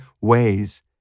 ways